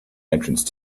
entrance